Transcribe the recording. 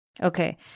Okay